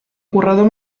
corredor